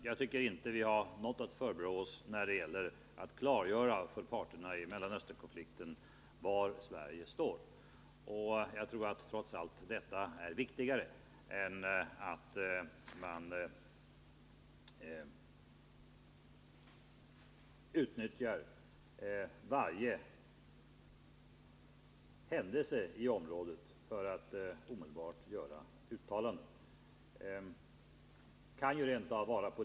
Jag tycker inte att vi har något att förebrå oss när det gäller att klargöra för parterna i Mellanösternkonflikten var Sverige står. Jag tror att detta trots allt är viktigare än att man utnyttjar varje händelse i området för att omedelbart göra uttalanden.